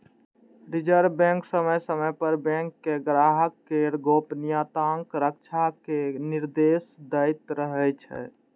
reserve bank समय समय पर बैंक कें ग्राहक केर गोपनीयताक रक्षा के निर्देश दैत रहै छै